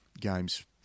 games